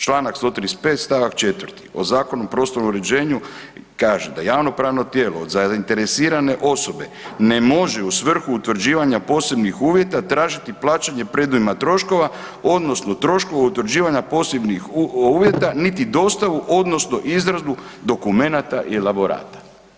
Članak 135. stavak 4. u Zakonu o prostornom uređenju kaže da javno pravno tijelo od zainteresirane osobe ne može u svrhu utvrđivanja posebnih uvjeta tražiti plaćanje predujma troškova odnosno troškova utvrđivanja posebnih uvjeta niti dostavu odnosno izradu dokumenata i elaborata.